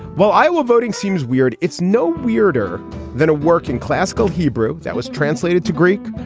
well, iowa voting seems weird. it's no weirder than a working classical hebrew that was translated to greek,